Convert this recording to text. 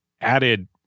added